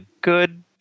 good